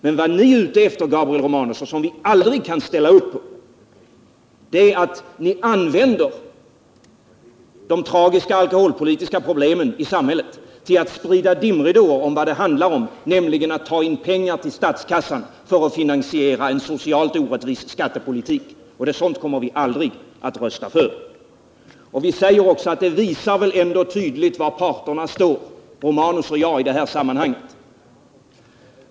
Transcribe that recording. Men vad ni är ute efter, Gabriel Romanus, och vad vi aldrig kan ställa upp på, det är att använda de tragiska alkoholpolitiska problemen i samhället till att sprida dimridåer över vad det handlar om, nämligen att ta in pengar till statskassan för att finansiera en socialt orättvis skattepolitik. Sådant kommer vi aldrig att rösta för. Det visar väl ändå tydligt var parterna, Gabriel Romanus och jag, står i det här sammanhanget.